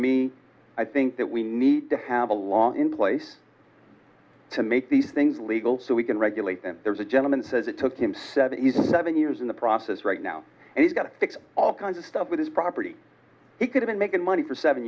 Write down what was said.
me i think that we need to have a law in place to make these things legal so we can regulate them there's a gentleman says it took him seventy seven years in the process right now he's got to fix all kinds of stuff with his property he could have been making money for seven